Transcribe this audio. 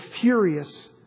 furious